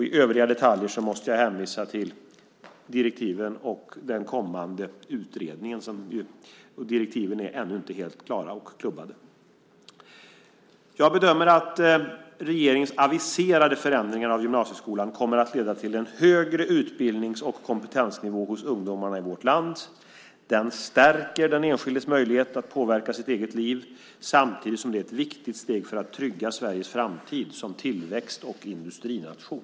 I övriga detaljer måste jag hänvisa till den kommande utredningen, vars direktiv ännu inte är helt klara och klubbade. Jag bedömer att regeringens aviserade förändringar av gymnasieskolan kommer att leda till en högre utbildnings och kompetensnivå hos ungdomarna i vårt land. Det stärker den enskildes möjlighet att påverka sitt eget liv, samtidigt som det är ett viktigt steg för att trygga Sveriges framtid som tillväxt och industrination.